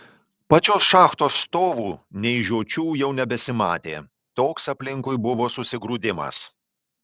pačios šachtos stovų nei žiočių jau nebesimatė toks aplinkui buvo susigrūdimas